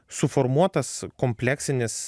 suformuotas kompleksinis